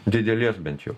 didelės bent jau